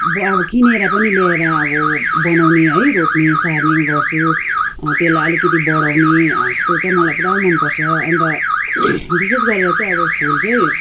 ब अब किनेर पनि लिएर अब बनाउने है रोप्ने सार्ने गर्छु त्यसलाई अलिकति बढाउने यस्तो चाहिँ मलाई पुरा मनपर्छ अन्त विशेष गरेर चाहिँ अब फुल चाहिँ